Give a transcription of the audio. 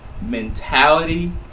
mentality